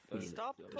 Stop